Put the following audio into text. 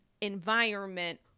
environment